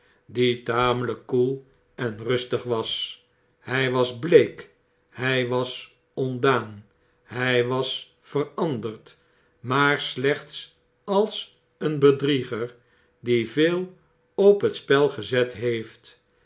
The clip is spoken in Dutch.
die tamelijk koel en rustig was hij was bleek hy was ontdaan hj was veranderd maar slechts als eenbedrieger die veel op het spel gezet heeft